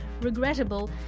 regrettable